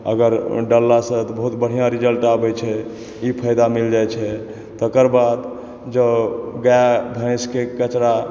अगर डालला सॅं बहुत बढ़िऑं रिज़ल्ट आबै छै ई फ़ायदा मिल जाइ छै तेकर बाद जँ गाय भैंस के कचरा